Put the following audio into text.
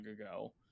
ago